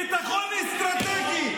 ביטחון אסטרטגי,